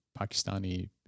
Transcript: Pakistani